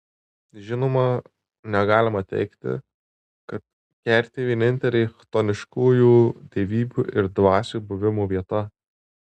žinoma negalima teigti kad kertė vienintelė chtoniškųjų dievybių ir dvasių buvimo vieta